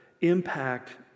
impact